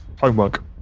Homework